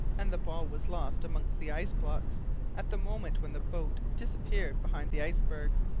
and the ball was lost among the ice-blocks at the moment when the boat disappeared behind the iceberg.